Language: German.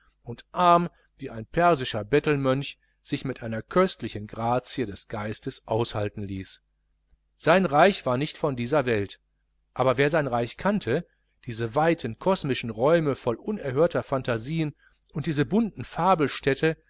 und arm wie ein persischer bettelmönch sich mit einer köstlichen grazie des geistes aushalten ließ sein reich war nicht von dieser welt aber wer sein reich kannte diese weiten kosmischen räume voll unerhörter phantasien und diese bunten